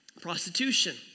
prostitution